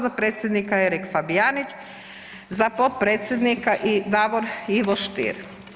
Za predsjednika Erik Fabijanić, za potpredsjednika Davor Ivo Stier.